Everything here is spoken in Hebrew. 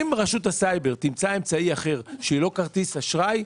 אם רשות הסייבר תמצא אמצעי אחר שהוא לא כרטיס אשראי,